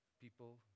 people